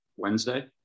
wednesday